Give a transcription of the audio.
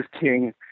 king